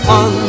on